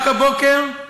רק הבוקר,